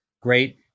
great